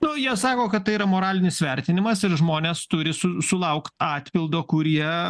nu jie sako kad tai yra moralinis vertinimas ir žmonės turi su sulaukt atpildo kurie